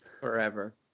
forever